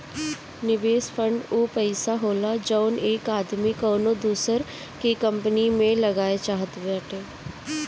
निवेस फ़ंड ऊ पइसा होला जउन एक आदमी कउनो दूसर की कंपनी मे लगाए चाहत बाटे